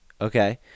okay